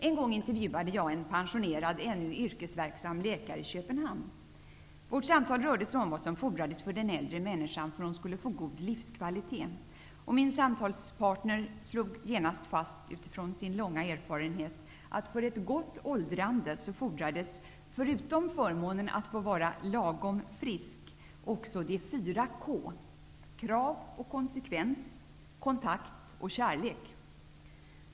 En gång intervjuade jag en pensionerad, ännu yrkesverksam läkare i Köpenhamn. Vårt samtal rörde sig om vad som fordrades för den äldre människan för att hon skulle få god livskvalitet. Min samtalspartner slog genast fast, utifrån sin långa erfarenhet, att det för ett gott åldrande fordrades, förutom förmånen att få vara lagom frisk också ''de fyra K'' -- krav och konsekvens, kontakt och kärlek.